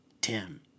Tim